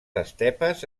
estepes